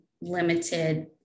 limited